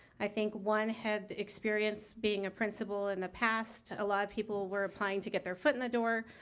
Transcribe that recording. i think one had experience being a principal in the past. a lot of people were applying to get their foot in the door